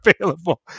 available